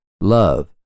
love